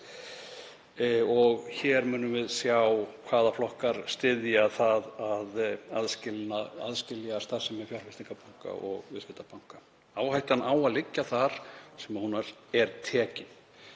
Hér munum við sjá hvaða flokkar styðja það að aðskilja starfsemi fjárfestingarbanka og viðskiptabanka. Áhættan á að liggja þar sem hún er tekin.